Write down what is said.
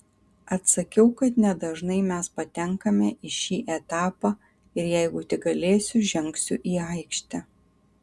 atsakiau kad nedažnai mes patenkame į šį etapą ir jeigu tik galėsiu žengsiu į aikštę